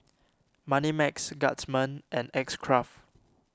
Moneymax Guardsman and X Craft